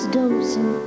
dozing